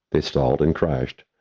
they stalled and crashed.